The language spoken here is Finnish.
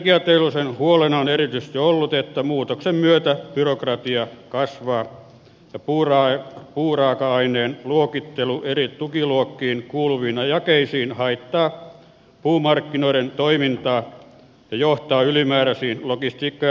energiateollisuuden huolena on erityisesti ollut että muutoksen myötä byrokratia kasvaa ja puuraaka aineen luokittelu eri tukiluokkiin kuuluviin jakeisiin haittaa puumarkkinoiden toimintaa ja johtaa ylimääräisiin logistiikka ja raaka ainekuluihin